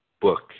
book